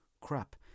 Crap